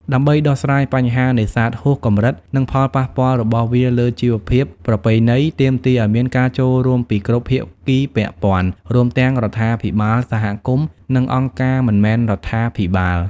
ដើម្បីដោះស្រាយបញ្ហានេសាទហួសកម្រិត និងផលប៉ះពាល់របស់វាលើជីវភាពប្រពៃណី ទាមទារឱ្យមានការចូលរួមពីគ្រប់ភាគីពាក់ព័ន្ធ រួមទាំងរដ្ឋាភិបាល សហគមន៍ និងអង្គការមិនមែនរដ្ឋាភិបាល។